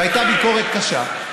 והייתה ביקורת קשה.